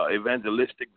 evangelistic